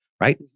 right